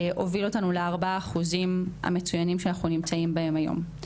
הוביל אותנו ל-4% המצוינים שאנחנו נמצאים בהם היום.